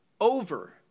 over